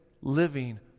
living